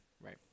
Right